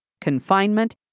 confinement